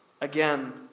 again